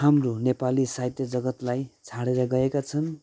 हाम्रो नेपाली साहित्य जगत्लाई छाडेर गएका छन्